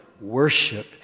worship